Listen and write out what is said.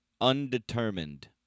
undetermined